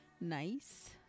nice